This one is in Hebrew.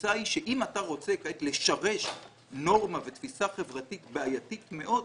התפיסה היא שאם אתה רוצה כעת לשרש נורמה ותפיסה חברתית בעייתית מאוד,